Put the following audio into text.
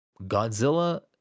Godzilla